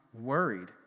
worried